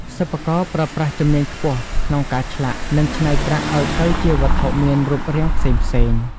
សិប្បករប្រើប្រាស់ជំនាញខ្ពស់ក្នុងការឆ្លាក់ និង ច្នៃ ប្រាក់ឱ្យទៅជាវត្ថុមានរូបរាងផ្សេងៗ។